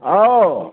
अह